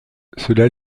cela